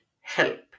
help